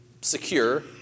secure